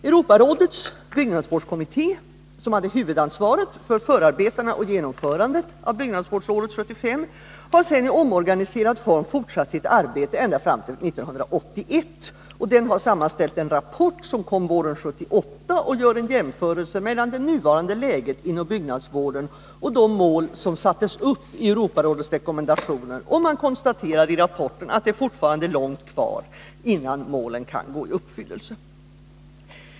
Europarådets byggnadsvårdskommitté, som hade huvudansvaret för förarbetena och genomförandet av byggnadsvårdsåret 1975, har sedan i omorganiserad form fortsatt sitt arbete ända fram till 1981. Den har sammanställt en rapport, som kom våren 1978 och som utgör en jämförelse mellan det nuvarande läget inom byggnadsvården och de mål som sattes upp i Europarådets rekommendationer. Man konstaterar i rapporten att det fortfarande är långt kvar innan målen kan gå i uppfyllelse.